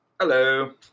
Hello